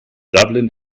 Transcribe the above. dublin